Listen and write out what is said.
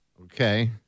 Okay